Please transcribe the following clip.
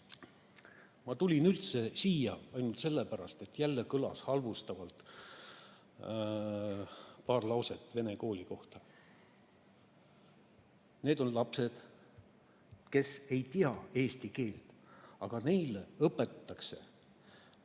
Ma tulin siia üldse ainult sellepärast, et jälle kõlas paar halvustavat lauset vene kooli kohta. Need on lapsed, kes ei oska eesti keelt, aga neile õpetatakse üsna